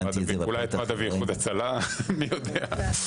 אולי את מד"א ואיחוד הצלה, מי יודע?